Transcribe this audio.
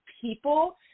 people